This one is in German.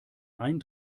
ein